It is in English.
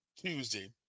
Tuesday